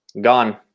gone